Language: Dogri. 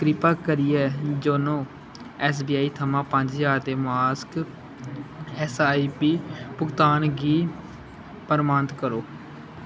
किरपा करियै योनो ऐस्स बी आई थमां पंज ज्हार दे मासक ऐस्स आई पी भुगतान गी प्रमाणत करो